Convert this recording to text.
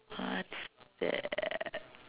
what is that